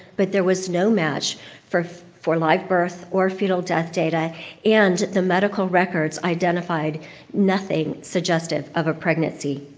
but there was no match for for live birth or fetal death data and the medical records identified nothing suggestive of a pregnancy.